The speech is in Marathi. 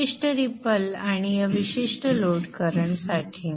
विशिष्ट रिपल आणि या विशिष्ट लोड करंट साठी